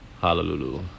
Hallelujah